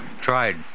tried